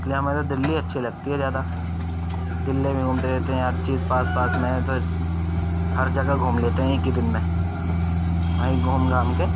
اس لیے ہمیں تو دلّی اچّھی لگتی ہے زیادہ دلّی میں گھومتے رہتے ہیں ہر چیز پاس پاس میں ہے تو ہر جگہ گھوم لیتے ہیں ایک ہی دن میں وہیں گھوم گھام کے